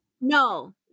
No